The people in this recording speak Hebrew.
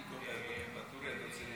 לא הבנתי, אלי, רק אתה עולה?